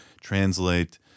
translate